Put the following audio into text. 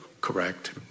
Correct